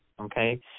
okay